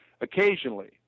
occasionally